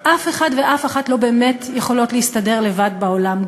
אף אחד ואף אחת לא באמת יכולות להסתדר לבד בעולם,